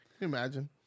imagine